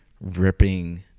ripping